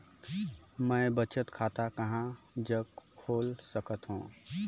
मैं बचत खाता कहां जग खोल सकत हों?